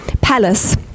palace